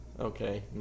okay